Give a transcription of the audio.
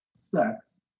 sex